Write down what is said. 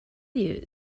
you